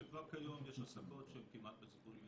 שכבר כיום יש הסלקות שהן בסיכון כמעט